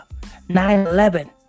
9-11